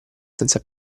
senza